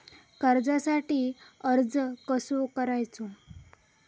कर्जासाठी अर्ज कसो करायचो?